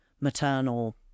maternal